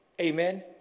Amen